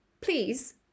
please